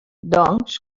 doncs